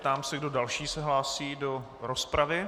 Ptám se, kdo další se hlásí do rozpravy.